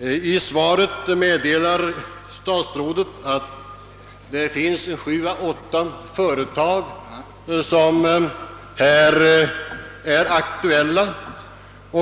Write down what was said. I svaret meddelar statsrådet att överläggningar pågår med sex, sju förtag